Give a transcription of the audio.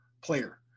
player